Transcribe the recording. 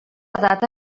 data